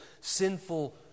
sinful